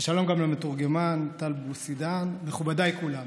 שלום גם למתורגמן טל בוסידן, מכובדיי כולם.